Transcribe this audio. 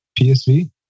PSV